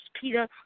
Peter